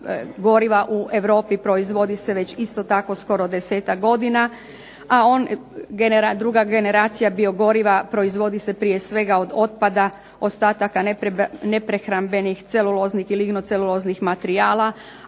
goriva u Europi proizvodi se već isto tako skoro 10-tak, a druga generacija biogoriva proizvodi se prije svega od otpada, ostataka neprehrambenih, celuloznih ili ignoceluloznih materijala,